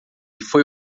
foi